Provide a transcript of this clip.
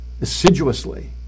assiduously